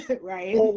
right